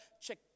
check